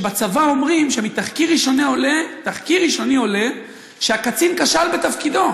שבצבא אומרים שמתחקיר ראשוני עולה שהקצין כשל בתפקידו,